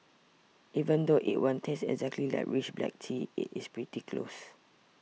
even though it won't taste exactly like rich black tea it is pretty close